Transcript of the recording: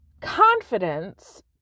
confidence